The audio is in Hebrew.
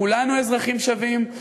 כולנו אזרחים שווים,